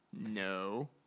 no